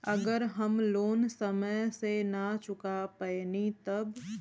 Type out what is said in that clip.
अगर हम लोन समय से ना चुका पैनी तब?